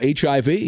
HIV